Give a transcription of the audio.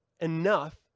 enough